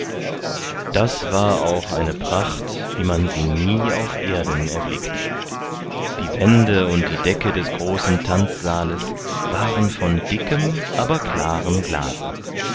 das war auch eine pracht wie man sie nie auf erden erblickt die wände und die decke des großen tanzsaales waren von dickem aber klarem glase